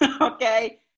okay